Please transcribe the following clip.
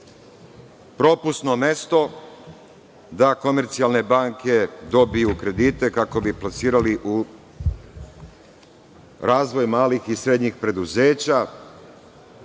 propusno mesto da komercijalne banke dobiju kredite kako bi ih plasirali u razvoj malih i srednjih preduzeća.